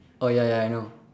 oh ya ya I know